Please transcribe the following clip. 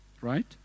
right